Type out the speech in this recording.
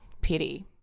Pity